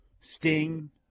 Sting